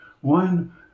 one